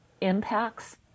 impacts